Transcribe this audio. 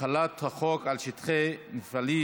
(החלת החוק על שטחי נפלים),